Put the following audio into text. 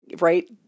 right